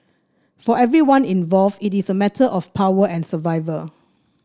for everyone involved it is a matter of power and survival